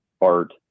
art